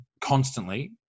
constantly